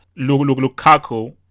Lukaku